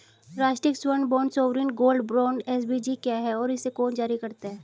राष्ट्रिक स्वर्ण bond sovereign gold bond SGB क्या है और इसे कौन जारी करता है?